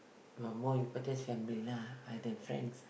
but more important is family lah rather than friends